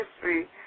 history